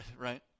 right